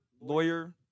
lawyer